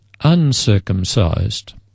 uncircumcised